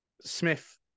smith